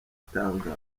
itangazwa